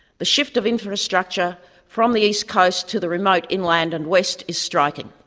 the shift of infrastructure from the east coast to the remote inland and west is striking.